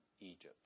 Egypt